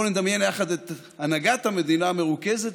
בואו נדמיין יחד את הנהגת המדינה מרוכזת